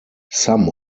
some